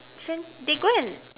can they go and